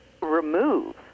remove